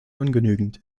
ungenügend